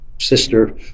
sister